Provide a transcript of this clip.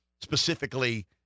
specifically